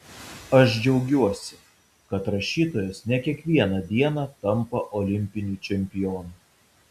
aš džiaugiuosi kad rašytojas ne kiekvieną dieną tampa olimpiniu čempionu